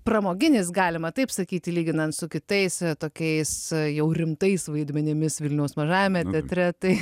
pramoginis galima taip sakyti lyginant su kitais tokiais jau rimtais vaidmenimis vilniaus mažajame teatre tai